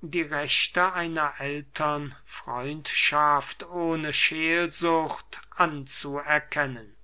die rechte einer ältern freundschaft ohne scheelsucht anzuerkennen